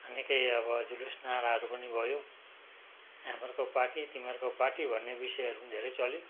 निकै अब जुलुस नाराहरू पनि भयो हामीहरूको पार्टी तिमीहरूको पार्टी भन्ने विषयहरू पनि धेरै चल्यो